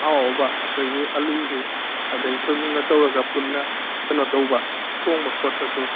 ꯑꯍꯥꯎ ꯑꯍꯥꯎꯕ ꯑꯩꯈꯣꯏꯒꯤ ꯑꯂꯨꯁꯤ ꯑꯗꯒꯤ ꯁꯣꯏꯕꯨꯝꯒ ꯇꯧꯔꯒ ꯄꯨꯟꯅ ꯀꯩꯅꯣ ꯇꯧꯕ ꯊꯣꯡꯕ ꯈꯣꯠꯄꯁꯨ